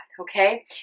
Okay